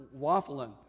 waffling